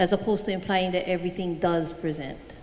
as opposed to implying that everything does present